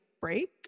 break